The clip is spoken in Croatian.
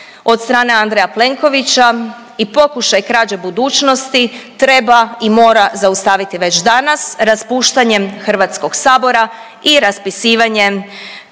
od strane Andreja Plenkovića i pokušaj krađe budućnosti treba i mora zaustaviti već danas raspuštanjem HS i raspisivanjem